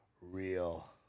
real